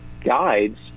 Guides